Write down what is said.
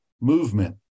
movement